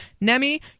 Nemi